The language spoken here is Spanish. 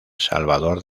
salvador